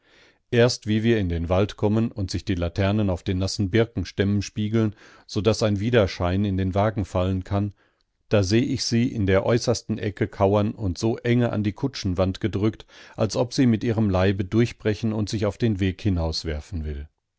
erst wie wir in den wald kommen und sich die laternen auf den nassen birkenstämmen spiegeln so daß ein widerschein in den wagen fallen kann da seh ich sie in der äußersten ecke kauern und so enge an die kutschenwand gedrückt als ob sie sie mit ihrem leibe durchbrechen und sich auf den weg hinauswerfen will